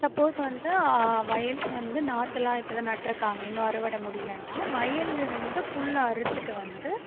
suppose வந்து வயலில் வந்து நாற்றுலாம் இப்போ தான் நட்டிருக்காங்க இன்னும் அறுவடை முடியலைனா வயல்லிருந்து புல் அறுத்துகிட்டு வந்து